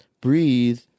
breathe